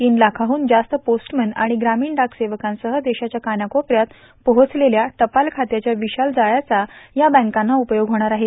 तीन लाखाहून जास्त पोस्टमन आणि ग्रामीण डाक सेवकांसह देशाच्या कानाकोपऱ्यात पोहोचलेल्या टपाल खात्याच्या विशाल जाळ्याचा या बँकांना उपयोग होणार आहे